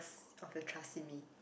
of the trust in me